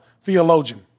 theologian